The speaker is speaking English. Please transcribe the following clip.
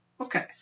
Okay